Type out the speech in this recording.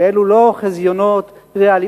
שאלו לא חזיונות ריאליים,